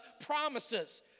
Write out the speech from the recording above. promises